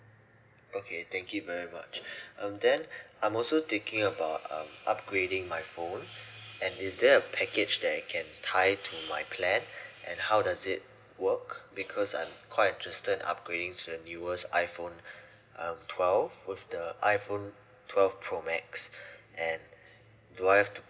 okay thank you very much um then I'm also thinking about um upgrading my phone and is there a package that I can tie to my plan and how does it work because I'm quite interested upgrading to the newest iphone um twelve with the iphone twelve pro max and do I have to